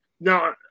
now